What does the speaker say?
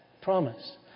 promise